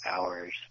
hours